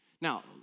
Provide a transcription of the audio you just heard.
Now